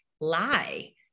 lie